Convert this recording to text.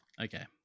Okay